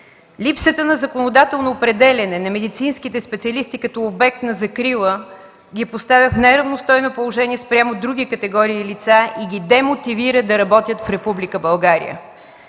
Липсата на законодателно определяне на медицинските специалисти като обект на закрила ги поставя в неравностойно положение спрямо други категории лица и ги демотивира да работят в Република България.